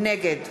נגד